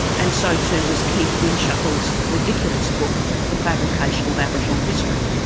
and so too was keith windschuttle's ridiculous book, the fabrication of aboriginal history.